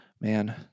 man